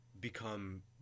become